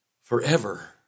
forever